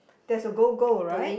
there's a go go right